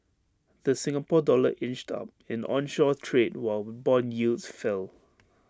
the Singapore dollar inched up in onshore trade while Bond yields fell